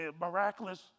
miraculous